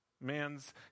man's